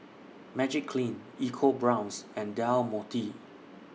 Magiclean EcoBrown's and Del Monte